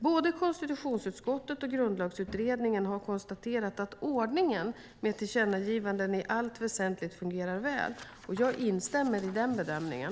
Både konstitutionsutskottet och Grundlagsutredningen har konstaterat att ordningen med tillkännagivanden i allt väsentligt fungerar väl. Jag instämmer i den bedömningen.